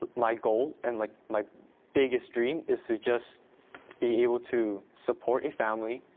but my goal and like my biggest dream is to just be able to support a family,